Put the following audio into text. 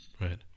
right